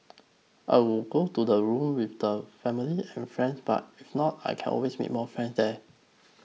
I would to the room with the family and friends but if not I can always make more friends there